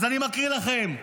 אז אני מקריא לכם.